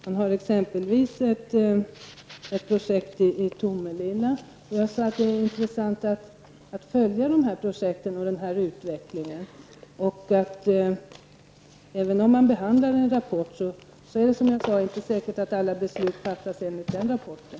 Det finns exempelvis ett projekt i Tomelilla. Jag har sagt att det vore intressant att följa projekten och utvecklingen här. Även om det alltså finns en rapport som man har behandlat är det inte säkert att alla beslut fattas i enlighet med den rapporten.